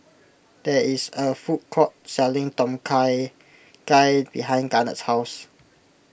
there is a food court selling Tom Kha Gai behind Garnett's house